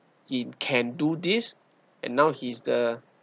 he can do this and now he's the